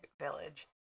village